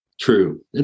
True